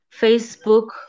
Facebook